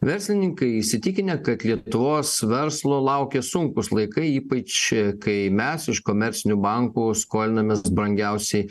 verslininkai įsitikinę kad lietuvos verslo laukia sunkūs laikai ypač kai mes iš komercinių bankų skolinamės brangiausiai